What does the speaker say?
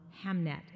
Hamnet